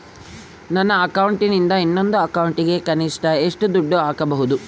ನನ್ನ ಅಕೌಂಟಿಂದ ಇನ್ನೊಂದು ಅಕೌಂಟಿಗೆ ಕನಿಷ್ಟ ಎಷ್ಟು ದುಡ್ಡು ಹಾಕಬಹುದು?